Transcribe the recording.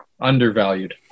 Undervalued